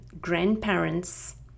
grandparents